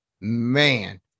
Man